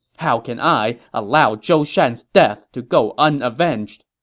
how can i allow zhou shan's death to go unavenged!